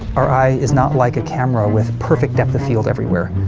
our eye is not like a camera with perfect depth of field everywhere.